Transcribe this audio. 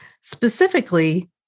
Specifically